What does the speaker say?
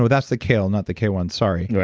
ah that's the kale, not the k one. sorry.